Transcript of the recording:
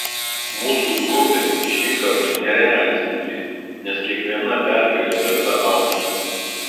mūsų grupė šį kartą nerealiai stipri nes kiekviena pergalė verta aukso